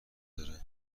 داره